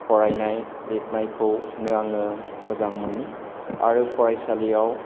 फरायनाय लिरनायखौनो आङो मोजां मोनो आरो फरायसालियाव